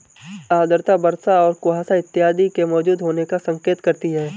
आर्द्रता वर्षा और कुहासा इत्यादि के मौजूद होने का संकेत करती है